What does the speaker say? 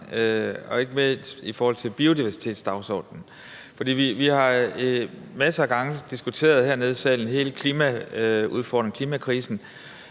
og ikke mindst i forhold til biodiversitetsdagsordenen? For vi har masser af gange hernede i salen diskuteret hele klimaudfordringen, klimakrisen,